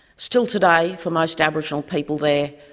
still today, for most aboriginal people there,